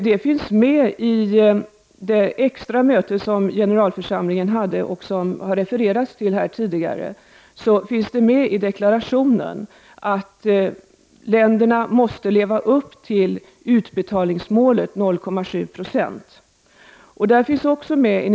ket det tidigare har refererats till, finns ett uttalande om att länderna måste leva upp till utbetalningsmålet 0,7 90.